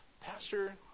Pastor